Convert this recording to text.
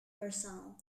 personnel